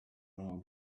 ruhago